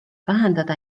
vähendada